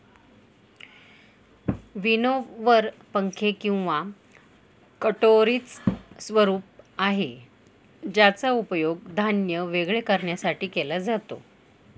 winnower पंखे किंवा कटोरीच स्वरूप आहे ज्याचा उपयोग धान्य वेगळे करण्यासाठी केला जातो